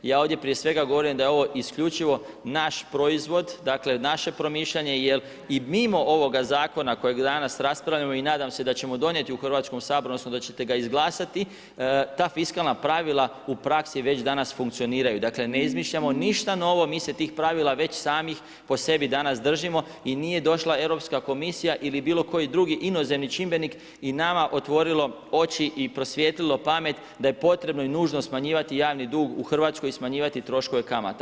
Ja ovdje prije svega govorim da je ovo isključivo naš proizvod, dakle naše promišljanje, jer i mimo ovoga zakona, kojeg danas raspravljamo i nadam se da ćemo donijeti u Hrvatskom saboru odnosno da ćete ga izglasati, ta fiskalna pravila u praksi već danas funkcioniraju, dakle ne izmišljamo ništa novo, mi se tih pravila već samih po sebi danas držimo i nije došla Europska komisija ili bilo koji drugi inozemni čimbenik i nama otvorilo oči i prosvijetlilo pamet da je potrebno i nužno smanjivati javni dug u Hrvatskoj i smanjivati troškove kamata.